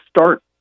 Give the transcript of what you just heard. start